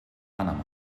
panama